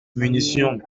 munition